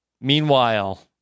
Meanwhile